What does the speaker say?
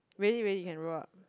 really really can roll up